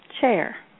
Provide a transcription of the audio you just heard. chair